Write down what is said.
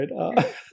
right